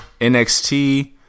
NXT